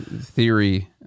theory